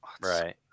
Right